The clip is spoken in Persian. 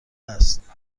است